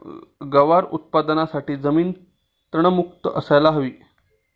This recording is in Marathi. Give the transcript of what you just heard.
गवार उत्पादनासाठी जमीन तणमुक्त असायला हवी